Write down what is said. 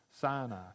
Sinai